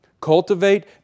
Cultivate